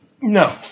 No